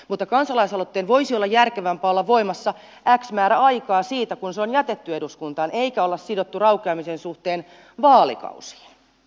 mutta kansalaisaloitteen voisi olla järkevämpää olla voimassa x määrä aikaa siitä kun se on jätetty eduskuntaan kuin olla sidottu raukeamisen suhteen vaalikausiin